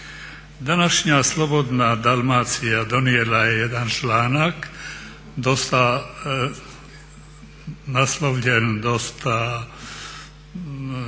Današnja "Slobodna Dalmacija" donijela je jedan članak naslovljen dosta,